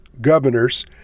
governors